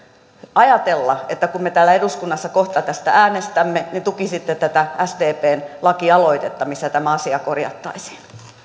ajatella että kun me täällä eduskunnassa kohta tästä äänestämme tukisitte tätä sdpn lakialoitetta missä tämä asia korjattaisiin